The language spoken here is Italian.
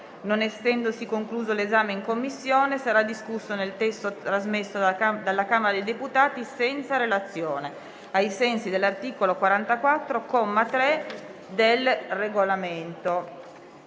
non essendosi concluso l'esame in Commissione, sarà discusso nel testo trasmesso dalla Camera dei deputati senza relazione, ai sensi dell'articolo 44, comma 3, del Regolamento.